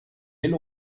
den